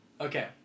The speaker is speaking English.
Okay